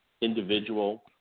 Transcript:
individual